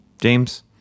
James